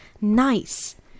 nice